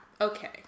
Okay